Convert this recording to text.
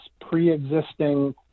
pre-existing